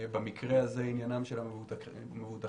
במקרה הזה עניינם של המבוטחים